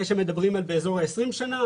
יש המדברים על באזור ה-20 שנים.